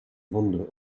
vonda